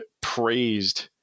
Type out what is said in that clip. praised